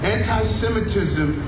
Anti-Semitism